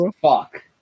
Fuck